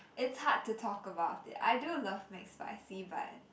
it's hard to talk about it I do love McSpicy but